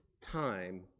time